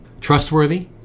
trustworthy